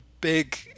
big